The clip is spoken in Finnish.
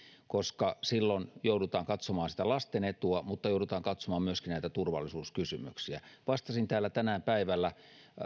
koska silloin joudutaan katsomaan sitä lasten etua mutta joudutaan katsomaan myöskin näitä turvallisuuskysymyksiä vastasin täällä tänään päivällä